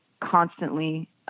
constantly